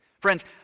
Friends